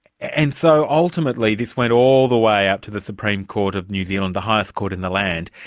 and so, ultimately, this went all the way up to the supreme court of new zealand, the highest court in the land.